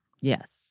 Yes